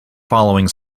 following